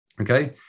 Okay